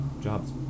jobs